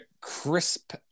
crisp